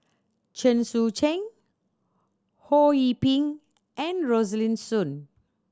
Chen Sucheng Ho Yee Ping and Rosaline Soon